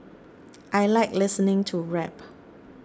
I like listening to rap